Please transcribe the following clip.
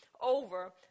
over